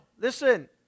Listen